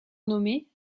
nommé